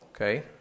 Okay